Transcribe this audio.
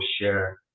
share